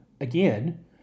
again